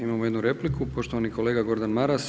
Imamo jednu repliku, poštovani kolega Gordan Maras.